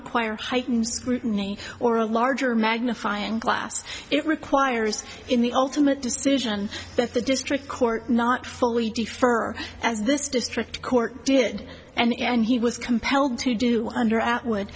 require heightened scrutiny or a larger magnifying glass it requires in the ultimate decision that the district court not fully defer as this district court did and he was compelled to do under